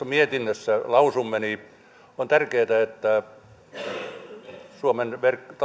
mietinnössä lausumme on tärkeätä että suomen